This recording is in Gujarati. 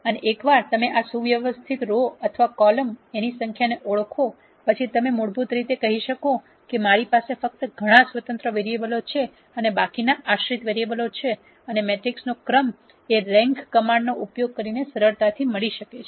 અને એકવાર તમે આ સુવ્યવસ્થિત રો અથવા કોલમ ની સંખ્યાને ઓળખો પછી તમે મૂળભૂત રીતે કહી શકો છો કે મારી પાસે ફક્ત ઘણા સ્વતંત્ર વેરીએબલો છે અને બાકીના આશ્રિત વેરીએબલો છે અને મેટ્રિક્સનો ક્રમ એ રેન્ક કમાન્ડ નો ઉપયોગ કરીને સરળતાથી મળી શકે છે